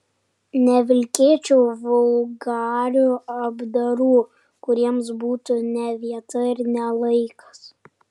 nevilkėčiau vulgarių apdarų kuriems būtų ne vieta ir ne laikas